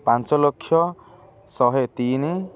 ପାଞ୍ଚଲକ୍ଷ ଶହେ ତିନି